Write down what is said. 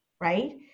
right